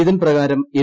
ഇതിൻ പ്രകാരം എം